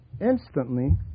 instantly